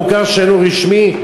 המוכר שאינו רשמי,